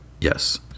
yes